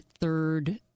third